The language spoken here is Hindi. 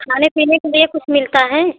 खाने पीने के लिए कुछ मिलता है